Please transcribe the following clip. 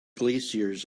glaciers